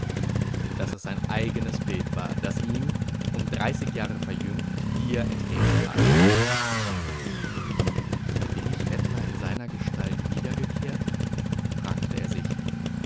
daß es sein eigenes bild war das ihm um dreißig jahre verjüngt hier entgegentrat bin ich etwa in seiner gestalt wiedergekehrt fragte er sich